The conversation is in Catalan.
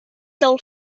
del